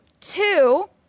Two